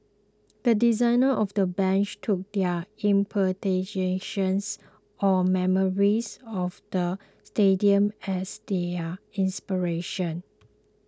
the designers of the bench took their interpretations or memories of the stadium as their inspiration